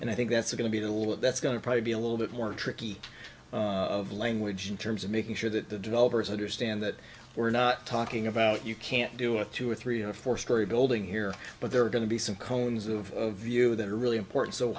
and i think that's going to be the rule that's going to probably be a little bit more tricky of language in terms of making sure that the developers understand that we're not talking about you can't do a two or three or four story building here but there are going to be some cones of view that are really important so